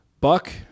Buck